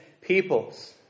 peoples